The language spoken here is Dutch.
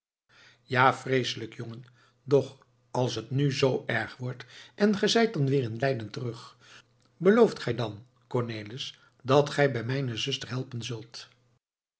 ja vreeselijk jongen doch als het nu z erg wordt en ge zijt dan weer in leiden terug belooft ge mij dan cornelis dat gij bij mijne zuster helpen zult